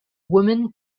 woman